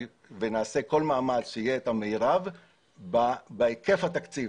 ונעשה כל מאמץ שיהיה המרב בהיקף התקציב.